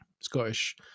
Scottish